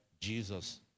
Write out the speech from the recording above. Jesus